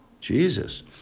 Jesus